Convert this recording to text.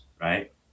right